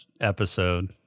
episode